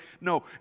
No